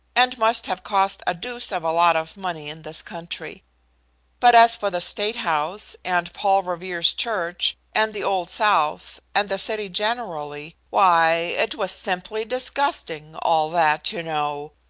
and must have cost a deuce of a lot of money in this country but as for the state house, and paul revere's church, and the old south, and the city generally, why, it was simply disgusting, all that, you know.